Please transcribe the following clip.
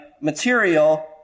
material